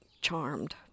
charmed